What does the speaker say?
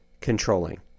controlling